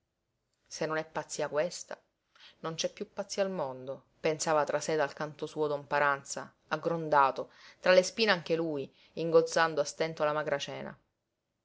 se non è pazzia questa non c'è piú pazzi al mondo pensava tra sé dal canto suo don paranza aggrondato tra le spine anche lui ingozzando a stento la magra cena